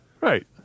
Right